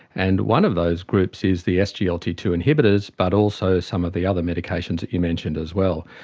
and one of those groups is the s g l t two inhibitors but also some of the other medications that you mentioned as well.